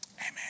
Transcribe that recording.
Amen